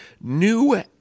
New